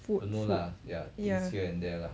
food you know lah ya ya here and there lah